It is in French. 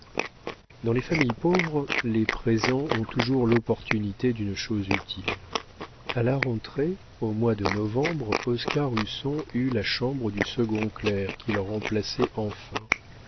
dans les familles pauvres les présents ont toujours l'opportunité d'une chose utile a la rentrée au mois de novembre oscar husson eut la chambre du second clerc qu'il remplaçait enfin